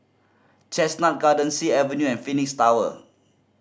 Chestnut Gardens Sea Avenue and Phoenix Tower